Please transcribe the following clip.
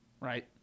right